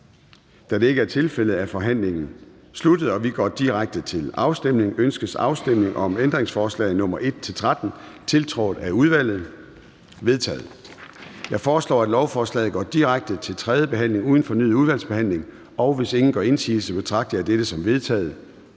Da det ikke er tilfældet, er forhandlingen sluttet, og vi går til afstemning. Kl. 09:05 Afstemning Formanden (Søren Gade): Ønskes afstemning om ændringsforslag nr. 1-13, tiltrådt af udvalget? De er vedtaget. Jeg foreslår, at lovforslaget går direkte til tredje behandling uden fornyet udvalgsbehandling, og hvis ingen gør indsigelse, betragter jeg dette som vedtaget.